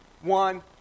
one